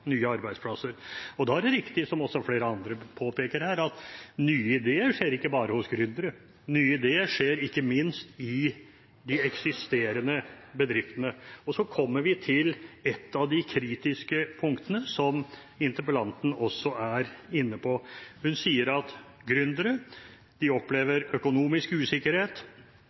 nye arbeidsplasser. Da er det riktig, som også flere andre påpeker her, at nye ideer oppstår ikke bare hos gründere. Nye ideer oppstår ikke minst i de eksisterende bedriftene. Så kommer vi til ett av de kritiske punktene som interpellanten også er inne på: Hun sier at gründere opplever økonomisk usikkerhet,